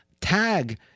tag